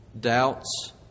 doubts